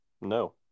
no